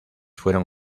fueron